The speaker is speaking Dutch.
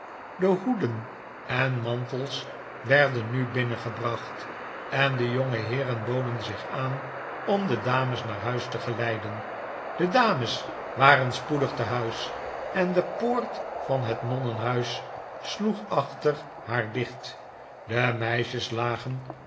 de hoeden en mantels werden nu binnen gebracht en de jongeheeren boden zich aan om de dames naar huis te geleiden de dames waren spoedig te huis en de poort van het nonnenhuis sloeg achter haar dicht de meisjes lagen